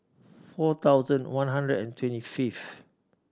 four thousand one hundred and twenty fifth